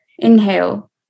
Inhale